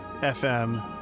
FM